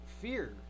fear